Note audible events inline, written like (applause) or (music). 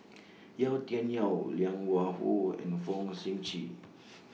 (noise) Yau Tian Yau Liang Wenfu and Fong Sip Chee (noise)